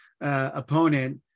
opponent